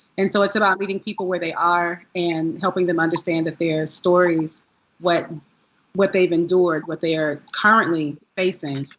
and so it's about meeting people where they are, and helping them understand that their stories what what they've endured, what they are currently facing,